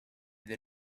the